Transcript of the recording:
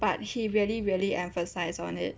but he really really emphasise on it